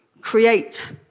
create